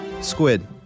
Squid